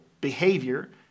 behavior